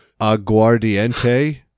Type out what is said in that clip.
aguardiente